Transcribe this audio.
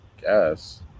guess